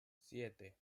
siete